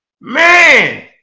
Man